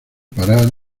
parar